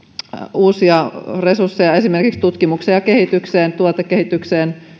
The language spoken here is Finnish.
uusia resursseja esimerkiksi tutkimukseen ja kehitykseen tuotekehitykseen